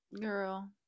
girl